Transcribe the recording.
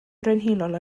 frenhinol